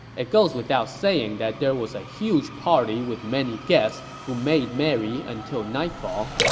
it goes without saying that there was a huge party with many guests who made merry until nightfall.